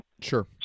Sure